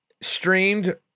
streamed